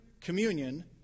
communion